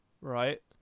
right